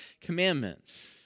commandments